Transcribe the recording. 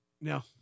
No